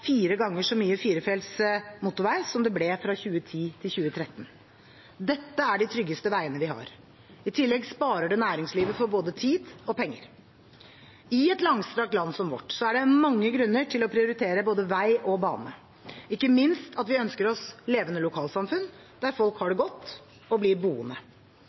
fire ganger så mye firefeltsvei motorvei som det ble fra 2010 til 2013. Dette er de tryggeste veiene vi har. I tillegg sparer det næringslivet for både tid og penger. I et langstrakt land som vårt, er det mange grunner til å prioritere både vei og bane, ikke minst at vi ønsker oss levende lokalsamfunn, der folk har det godt og blir boende.